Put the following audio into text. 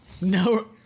No